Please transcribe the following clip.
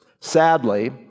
Sadly